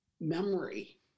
memory